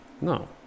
No